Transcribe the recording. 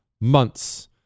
months